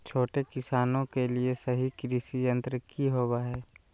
छोटे किसानों के लिए सही कृषि यंत्र कि होवय हैय?